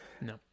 No